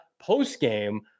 post-game